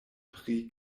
pri